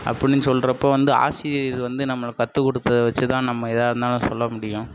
அப்புடின் சொல்கிறப்போ வந்து ஆசிரியர் வந்து நம்மளை கற்றுக் கொடுத்தத வெச்சு தான் நம்ம எதாக இருந்தாலும் சொல்ல முடியும்